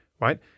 right